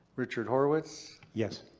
richard horowitz. yes.